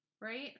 Right